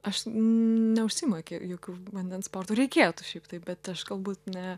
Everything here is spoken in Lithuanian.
aš neužsiimu jokiu vandens sportu reikėtų šiaip tai bet aš galbūt ne